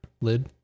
lid